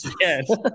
Yes